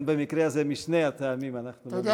גם במקרה הזה משני הטעמים אנחנו,